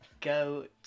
go